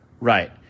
Right